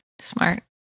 Smart